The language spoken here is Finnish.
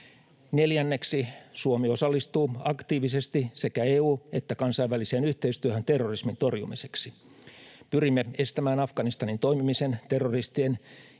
Neljänneksi Suomi osallistuu aktiivisesti sekä EU- että kansainväliseen yhteistyöhön terrorismin torjumiseksi. Pyrimme estämään Afganistanin toimimisen terroristien